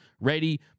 ready